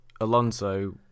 Alonso